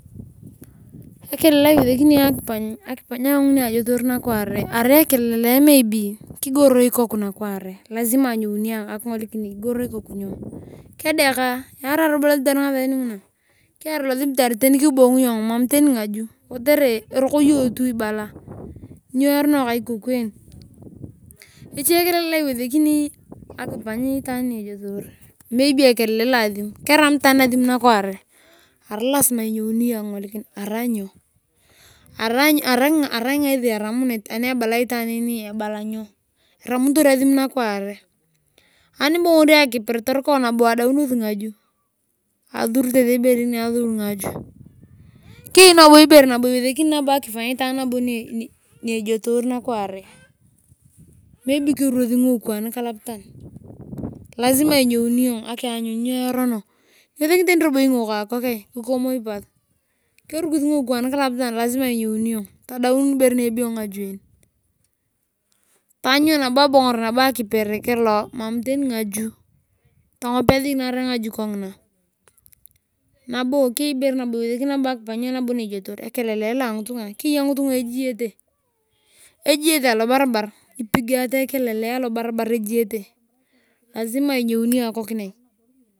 Ekelele lo iwesekini ayong niajotor nakware. ar ekelele maybe kigoro ikoni nakware arai lasima anyounia akingolikin igoro ikoka nyo kedeka yara robo losibitar ngasari nguna keyar losibutar tani kibong iyong eroko. Yong ti ibala mnyo erono ka ikoku en. echekelele nabo lo iwesekini itaan nyootor maybe keramu itaan asimu nakware arai lasima inyouni yong akingolikin arai nyo ama arai ngae eramunit ama ebala itaan ngininyo eramunitor asimu nakware anibongori akiper torukoi nabo adaunosi ngaju asur tete ibere ngaju. Keyei nabo ibere tete iwesekini akifanyitaan niesootor nakwaan maybe keruosi ngingokwo arukalapatan lasima inyounio iyong aanyun nyo eroni niwesekini ingok kikomoi pas kerukis ngingokwo anikalapatan lasima inyouru iyong tadaun ibere nebeyo ngafu en taany iyong abong nabo akiper kuloo. Tongopiasi narai ngaju kongina. nabo ekelele lo angitunga keya ngitunga ejiyete alobarbar ipigate ekelele alobarbar lasima inyouni iyong akikonia.